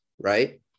Right